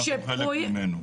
ואנחנו חלק ממנו.